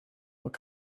what